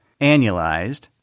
annualized